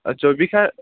জৈৱিক সাৰ